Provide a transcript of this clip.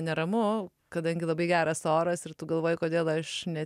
neramu kadangi labai geras oras ir tu galvoji kodėl aš ne